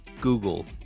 Google